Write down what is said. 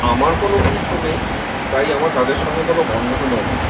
আমার কোনও পশু নেই তাই আমার তাদের সঙ্গে কোনও বন্ধনও নেই